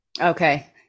Okay